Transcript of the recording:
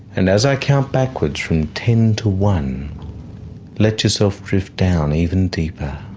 and as i count backwards from ten to one let yourself drift down even deeper,